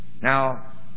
Now